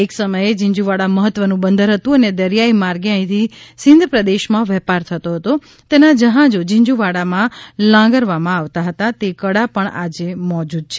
એક સમયે ઝીંઝ્રવાડા મહત્વનું બંદર હતું અને દરિયાઇ માર્ગે અહીંથી સિંધ પ્રદેશમાં વેપાર થતો હતો તેના જહાજો ઝીંઝુવાડામાં લાંગરવામાં આવતા હતા તે કડા પણ આજે મોજુદ છે